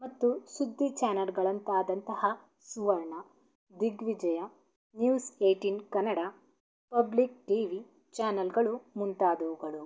ಮತ್ತು ಸುದ್ದಿ ಚಾನೆಲ್ಗಳಂತಾದಂತಹ Suvarna Digvijaya news eighteen Kannada public T V ಚಾನೆಲ್ಗಳು ಮುಂತಾದವುಗಳು